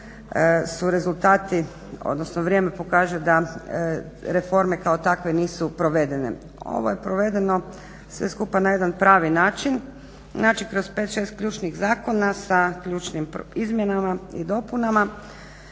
su rezultati, odnosno vrijeme pokaže da reforme kako takve nisu provedene. Ovo je provedeno sve skupa na jedan pravi način. Znači kroz 5, 6 ključnih zakona sa ključnim izmjenama i dopunama.